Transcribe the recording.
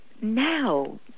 now